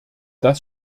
das